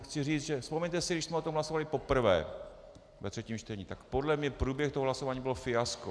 Chci říct, vzpomeňte si, když jsme o tom hlasovali poprvé ve třetím čtení, tak podle mě průběh toho hlasování bylo fiasko.